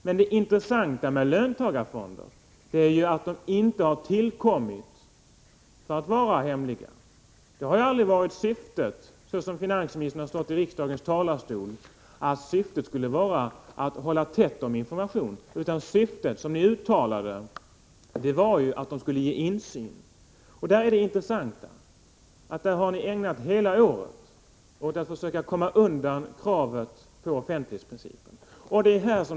Men det intressanta med löntagarfonder är att de inte har tillkommit för att vara hemliga. Det har aldrig varit syftet så som finansministern framlagt det från riksdagens talarstol med löntagarfonderna att hålla tätt om informationen. Syftet som ni uttalade var att de skulle ge insyn. Det intressanta är då att ni har ägnat hela året åt att försöka komma undan kravet på tillämpning av offentlighetsprincipen.